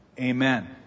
Amen